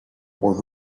were